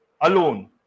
alone